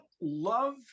love